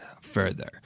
further